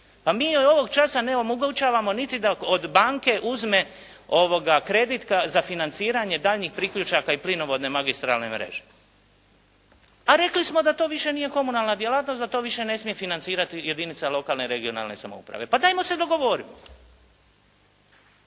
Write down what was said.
pa mi joj ovog časa ne omogućavamo niti da od banke uzme kredit za financiranje daljnjih priključaka i plinovodne magistralne mreže. A rekli smo da to više nije komunalna djelatnost, da to više ne smije financirati jedinica lokalne i regionalne samouprave. Pa dajemo se dogovorimo.